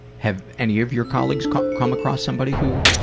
have any of your colleagues come across somebody who,